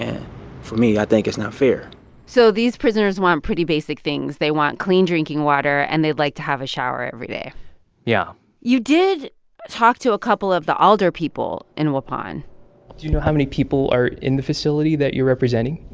for me, i think it's not fair so these prisoners want pretty basic things. they want clean drinking water, and they'd like to have a shower every day yeah you did talk to a couple of the alderpeople in waupun do you know how many people are in the facility that you're representing?